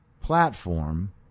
platform